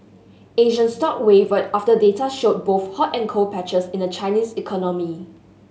Asian stock wavered after data showed both hot and cold patches in the Chinese economy